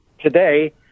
today